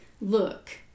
look